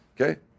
Okay